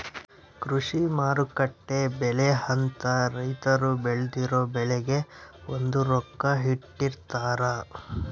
ಕೃಷಿ ಮಾರುಕಟ್ಟೆ ಬೆಲೆ ಅಂತ ರೈತರು ಬೆಳ್ದಿರೊ ಬೆಳೆಗೆ ಒಂದು ರೊಕ್ಕ ಇಟ್ಟಿರ್ತಾರ